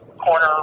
corner